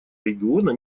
региона